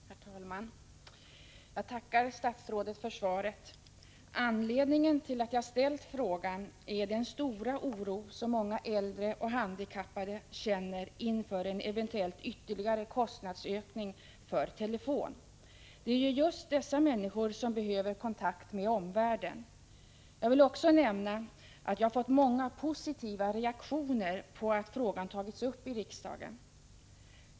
Herr talman! Jag tackar statsrådet för svaret. Anledningen till att jag ställt frågan är den stora oro som många äldre och handikappade känner inför en eventuell ytterligare kostnadsökning för telefon. Det är just dessa människor som behöver kontakt med omvärlden. Jag vill också nämna att jag fått många positiva reaktioner på att frågan tagits upp i riksdagen.